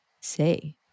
say